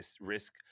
risk